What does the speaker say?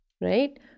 Right